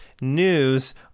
news